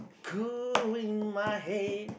cool wind my head